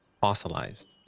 fossilized